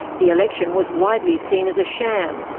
the election was widely seen as a sham,